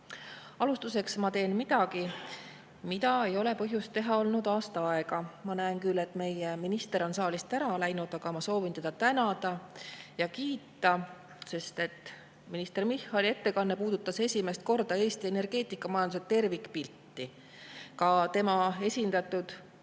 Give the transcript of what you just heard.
debatti! Alustuseks ma teen midagi, mida ei ole põhjust teha olnud aasta aega. Ma näen küll, et meie minister on saalist ära läinud, aga ma soovin teda tänada ja kiita, sest minister Michali ettekanne puudutas esimest korda Eesti energeetikamajanduse tervikpilti. Tema esindatud